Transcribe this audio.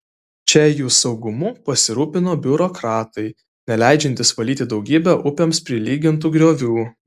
čia jų saugumu pasirūpino biurokratai neleidžiantys valyti daugybę upėms prilygintų griovių